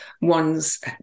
one's